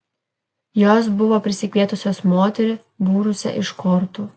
jos buvo pasikvietusios moterį būrusią iš kortų